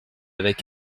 avec